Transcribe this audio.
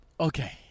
Okay